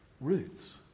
roots